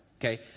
okay